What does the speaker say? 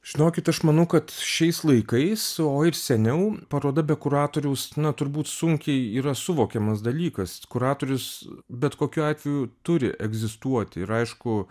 žinokit aš manau kad šiais laikais o ir seniau paroda be kuratoriaus na turbūt sunkiai yra suvokiamas dalykas kuratorius bet kokiu atveju turi egzistuoti ir aišku